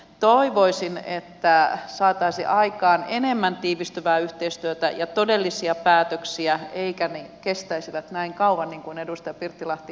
toivoisin että saataisiin aikaan enemmän tiivistyvää yhteistyötä ja todellisia päätöksiä eivätkä ne kestäisi näin kauan niin kuin edustaja pirttilahti kuvasi